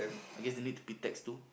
I guess it need to be taxed too